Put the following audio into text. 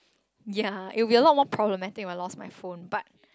ya it'll be a lot more problematic when I lost my phone but